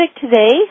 today